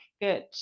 Good